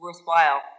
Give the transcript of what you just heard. worthwhile